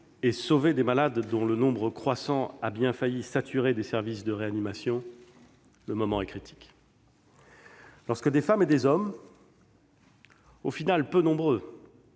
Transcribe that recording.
et sauver des malades, dont le nombre croissant a bien failli saturer les services de réanimation, le moment est critique. Lorsque des femmes et des hommes, en définitive peu nombreux,